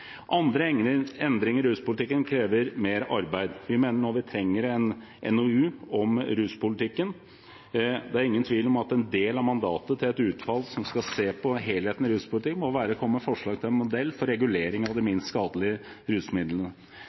i ruspolitikken krever mer arbeid. Vi mener nå vi trenger en NOU om ruspolitikken. Det er ingen tvil om at en del av mandatet til et utvalg som skal se på helheten i ruspolitikken, må være å komme med forslag til en modell for regulering av de minst skadelige rusmidlene.